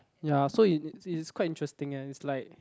ya so it it's quite interesting leh it's like